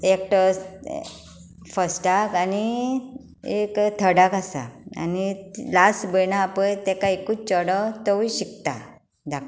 एकटो फस्टाक आनी एक थडाक आसा लास्ट भयण आसा पळय ताका एकूच चेडो तोवूय शिकता धाकटो